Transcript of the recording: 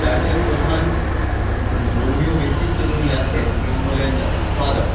চার্চের প্রধান ধর্মীয় ব্যক্তিত্ব যিনি আছেন তিনি হলেন ফাদার